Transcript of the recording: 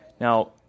Now